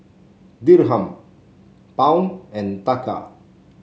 Dirham Pound and Taka